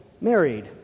married